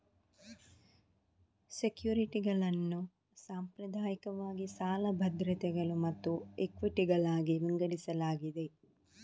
ಸೆಕ್ಯುರಿಟಿಗಳನ್ನು ಸಾಂಪ್ರದಾಯಿಕವಾಗಿ ಸಾಲ ಭದ್ರತೆಗಳು ಮತ್ತು ಇಕ್ವಿಟಿಗಳಾಗಿ ವಿಂಗಡಿಸಲಾಗಿದೆ